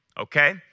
okay